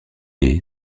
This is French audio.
est